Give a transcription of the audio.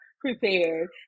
prepared